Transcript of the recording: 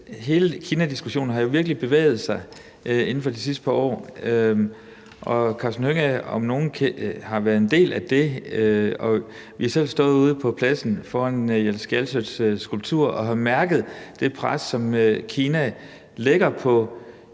hele kinadiskussionen virkelig har bevæget sig inden for de sidste par år, og Karsten Hønge har om nogen været en del af det. Når man står på pladsen foran Jens Galschiøts skulptur og mærker det pres, og det er et